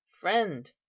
friend